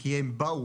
כי הם באו.